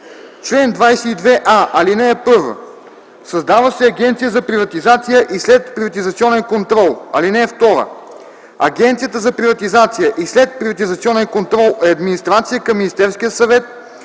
Чл. 22а. (1) Създава се Агенция за приватизация и следприватизационен контрол. (2) Агенцията за приватизация и следприватизационен контрол е администрация към Министерския съвет